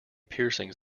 piercings